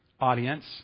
audience